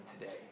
today